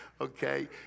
Okay